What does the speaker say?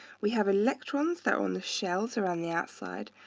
we have electrons that are on the shells around the outside,